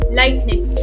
lightning